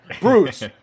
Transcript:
Bruce